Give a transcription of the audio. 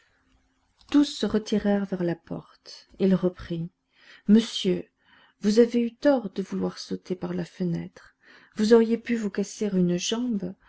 tous se retirèrent vers la porte il reprit monsieur vous avez eu tort de vouloir sauter par la fenêtre vous auriez pu vous casser une jambe